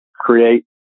create